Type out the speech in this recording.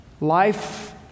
Life